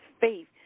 faith